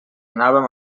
anàvem